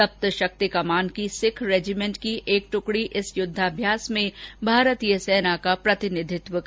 सप्त शक्ति कमान की सिख रेजिमेंट की एक ट्कड़ी इस युद्धाभ्यास में भारतीय सेना का प्रतिनिधित्व करेगी